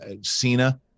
cena